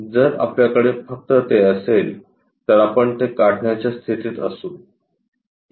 जर आपल्याकडे फक्त ते असेल तर आपण ते काढण्याच्या स्थितीत असू